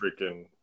freaking